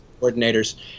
coordinators